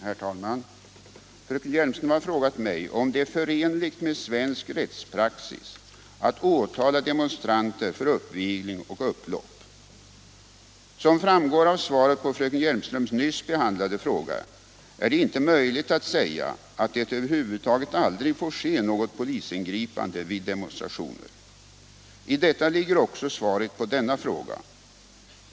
Herr talman! Fröken Hjelmström har frågat mig om det är förenligt med svensk rättspraxis att åtala demonstranter för uppvigling och upplopp. Som framgått av svaret på fröken Hjelmströms nyss behandlade fråga är det inte möjligt att säga att det över huvud taget aldrig får ske något polisingripande vid demonstrationer. I detta ligger också svaret på denna fråga.